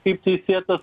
kaip teisėtas